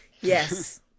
Yes